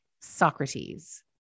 Socrates